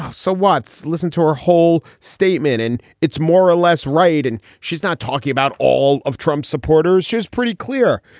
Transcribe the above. ah so what? listen to her whole statement. and it's more or less. right. and she's not talking about all of trump's supporters. she's pretty clear,